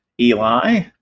Eli